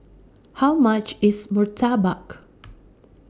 How much IS Murtabak